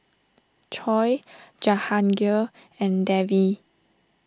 Choor Jahangir and Devi